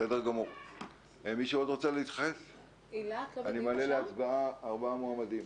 אני מעלה להצבעה ארבעה מועמדים: